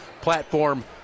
platform